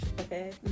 okay